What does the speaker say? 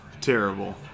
terrible